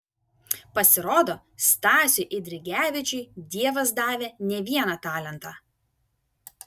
pasirodo stasiui eidrigevičiui dievas davė ne vieną talentą